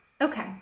Okay